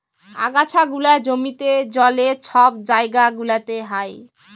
আগাছা গুলা জমিতে, জলে, ছব জাইগা গুলাতে হ্যয়